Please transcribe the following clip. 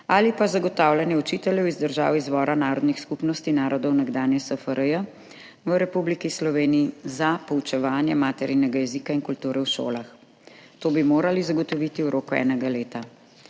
ali pa zagotavljanje učiteljev iz držav izvora narodnih skupnosti narodov nekdanje SFRJ v Republiki Sloveniji za poučevanje maternega jezika in kulture v šolah. To bi morali zagotoviti v roku enega leta.